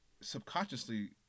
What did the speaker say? Subconsciously